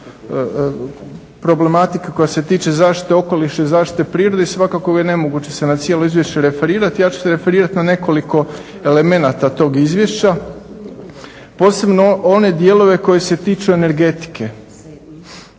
problematike koja se tiče zaštite okoliša i zaštite prirode i svakako je nemoguće na cijelo izvješće referirati, ja ću se referirati na nekoliko elementa tog izvješća, posebno one dijelove koji se tiču energetike.